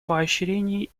поощрении